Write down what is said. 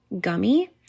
gummy